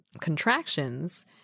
contractions